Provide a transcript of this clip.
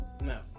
no